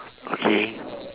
okay